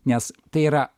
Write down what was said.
nes tai yra